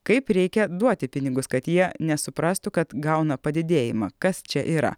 kaip reikia duoti pinigus kad jie nesuprastų kad gauna padidėjimą kas čia yra